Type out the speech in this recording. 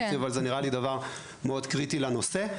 אבל זה נראה לי דבר מאוד קריטי לנושא,